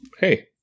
hey